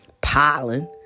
piling